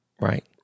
Right